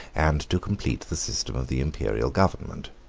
and to complete the system of the imperial government.